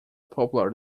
popular